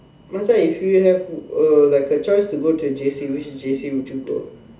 Macha if you have a like a choice to go to JC which JC would you go